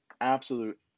absolute